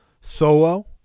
solo